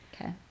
Okay